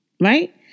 right